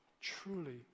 truly